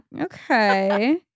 okay